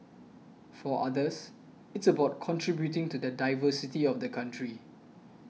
for others it's about contributing to the diversity of the country